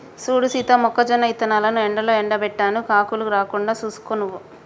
సూడు సీత మొక్కజొన్న ఇత్తనాలను ఎండలో ఎండబెట్టాను కాకులు రాకుండా సూసుకో నువ్వు